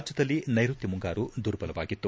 ರಾಜ್ದದಲ್ಲಿ ನೈರುತ್ತ ಮುಂಗಾರು ದುರ್ಬಲವಾಗಿತ್ತು